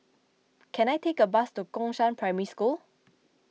can I take a bus to Gongshang Primary School